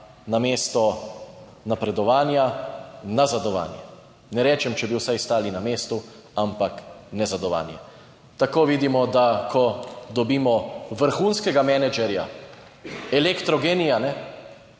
namesto napredovanja nazadovanje. Ne rečem, če bi vsaj stali na mestu, ampak nazadovanje. Tako vidimo, da ko dobimo vrhunskega menedžerja, elektrogenija